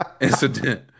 incident